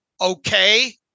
okay